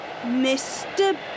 Mr